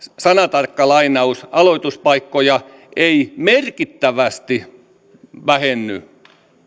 aloituspaikkoja ei merkittävästi vähenny